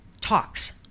talks